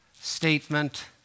statement